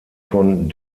von